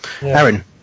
Aaron